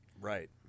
Right